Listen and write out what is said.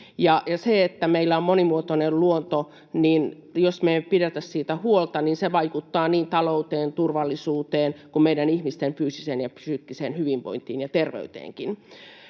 että meillä on monimuotoinen luonto, niin se vaikuttaa niin talouteen, turvallisuuteen kuin meidän ihmisten fyysiseen ja psyykkiseen hyvinvointiin ja terveyteenkin.